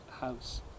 house